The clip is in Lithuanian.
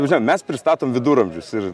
įsivaizduojat mes pristatom viduramžius ir